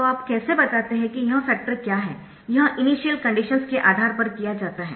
तो आप कैसे बताते है कि यह फ़ैक्टर क्या है यह इनिशियल कंडीशन्स के आधार पर किया जाता है